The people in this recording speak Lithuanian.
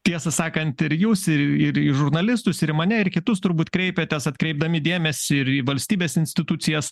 tiesą sakant ir jūs ir ir į žurnalistus ir į mane ir į kitus turbūt kreipiatės atkreipdami dėmesį ir į valstybės institucijas